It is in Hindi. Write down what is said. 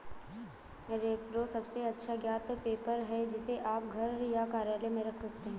रेप्रो सबसे अच्छा ज्ञात पेपर है, जिसे आप घर या कार्यालय में रख सकते हैं